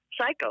Psycho